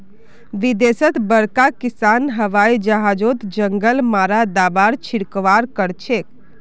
विदेशत बड़का किसान हवाई जहाजओत जंगल मारा दाबार छिड़काव करछेक